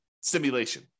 simulation